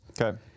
Okay